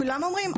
כולם אומרים,